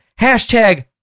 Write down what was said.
hashtag